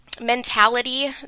mentality